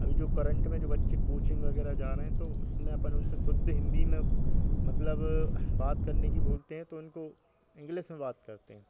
अभी जो करंट में जो बच्चे कोचिंग वग़ैरह जा रहे हैं तो उसमें अपन उनसे शुद्ध हिन्दी में मतलब बात करने की बोलते हैं तो इनको इंग्लिस में बात करते हैं